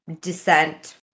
descent